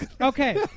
Okay